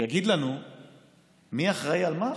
שיגיד לנו מי אחראי על מה עכשיו,